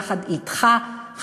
יחד אתך,